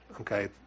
okay